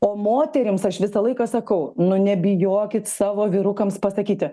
o moterims aš visą laiką sakau nu nebijokit savo vyrukams pasakyti